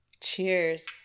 Cheers